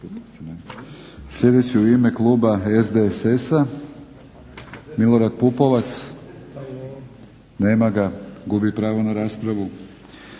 Sljedeći u ime kluba SDSS-a Milorad Pupovac. Nema ga. Gubi pravo na raspravu.